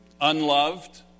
unloved